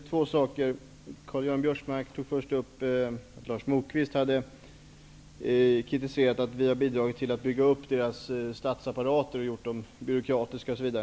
Herr talman! Karl-Göran Biörsmark tog först upp att Lars Moquist hade kritiserat att vi bidragit till att bygga upp deras statsapparater och gjort dem mera byråkratiska.